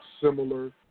similar